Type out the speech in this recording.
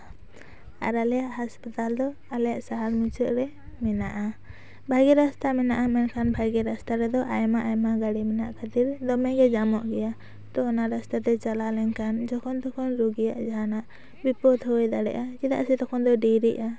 ᱟᱨ ᱟᱞᱮᱭᱟᱜ ᱦᱟᱥᱯᱟᱛᱟᱞ ᱫᱚ ᱟᱞᱮᱭᱟᱜ ᱥᱟᱦᱟᱨ ᱢᱩᱪᱟᱹᱫ ᱨᱮ ᱢᱮᱱᱟᱜᱼᱟ ᱵᱷᱟᱜᱮ ᱨᱟᱥᱛᱟ ᱢᱮᱱᱟᱜᱼᱟ ᱢᱮᱱᱠᱷᱟᱱ ᱵᱷᱟᱜᱮ ᱨᱟᱥᱛᱟ ᱨᱮᱫᱚ ᱟᱭᱢᱟ ᱟᱭᱢᱟ ᱜᱟᱲᱤ ᱢᱮᱱᱟᱜ ᱠᱷᱟᱹᱛᱤᱨ ᱫᱚᱢᱮ ᱜᱮ ᱡᱟᱢᱚᱜ ᱜᱮᱭᱟ ᱛᱚ ᱚᱱᱟ ᱨᱟᱥᱛᱟ ᱛᱮ ᱪᱟᱞᱟᱣ ᱞᱮᱱᱠᱷᱟᱱ ᱡᱚᱠᱷᱚᱱ ᱛᱚᱠᱷᱚᱱ ᱨᱩᱜᱤᱭᱟᱜ ᱡᱟᱦᱟᱱᱟᱜ ᱵᱤᱯᱚᱫᱽ ᱦᱩᱭ ᱫᱟᱲᱮᱭᱟᱜᱼᱟ ᱪᱮᱫᱟᱜ ᱥᱮ ᱛᱚᱠᱷᱚᱱ ᱫᱚ ᱰᱮᱨᱤᱜᱼᱟ